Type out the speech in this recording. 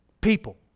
people